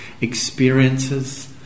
experiences